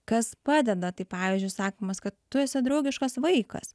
kas padeda tai pavyzdžiui sakymas kad tu esi draugiškas vaikas